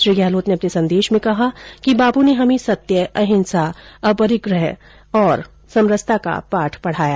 श्री गहलोत ने अपने संदेश में कहा कि बापू ने हमें सत्य अहिंसा अपरिग्रह और समरसता का पाठ पढाया